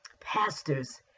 pastors